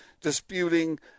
disputing